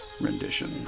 rendition